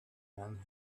man